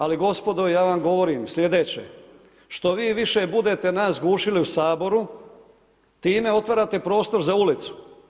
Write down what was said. Ali gospodo, ja vam govorim sljedeće, što vi više budete nas gušili u Saboru, time otvarate prostor za ulicu.